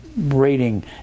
reading